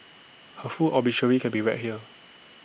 her full obituary can be read here